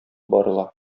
барыла